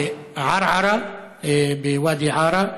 ערערה בוואדי עארה,